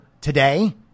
today